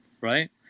Right